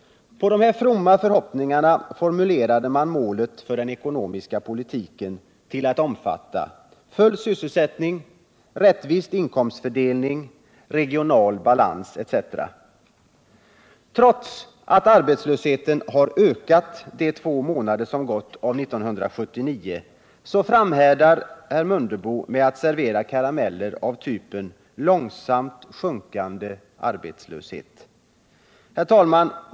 På dessa fromma förhoppningar formulerade man målet för den ekonomiska politiken till att omfatta full sysselsättning, rättvis inkomstfördelning, regional balans etc. Trots att arbetslösheten har ökat under de två månader som gått av 1979 framhärdar herr Mundebo med att servera karameller av typen ”långsamt sjunkande arbetslöshet”.